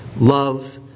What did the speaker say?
love